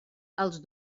als